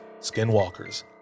skinwalkers